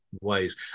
ways